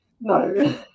no